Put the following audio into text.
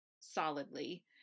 solidly